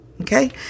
Okay